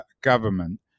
government